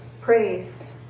Praise